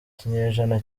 kinyejana